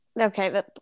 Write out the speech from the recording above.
okay